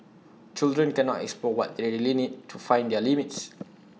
children cannot explore what they really need to find their limits